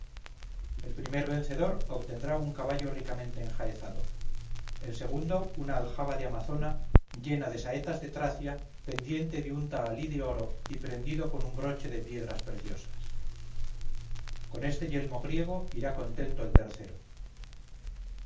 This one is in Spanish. el primer vencedor obtendrá un caballo ricamente enjaezado el segundo una aljaba de amazona llena de saetas de tracia pendiente de un tahalí de oro y prendido con un broche de piedras preciosas con este yelmo griego irá contento el tercero